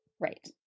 right